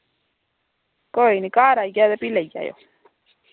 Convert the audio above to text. कोई नी घर आइयै ते फ्ही लेई जाएओ